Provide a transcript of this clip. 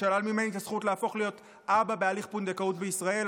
שלל ממני את הזכות להפוך להיות אבא בהליך פונדקאות בישראל,